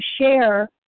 share